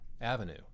avenue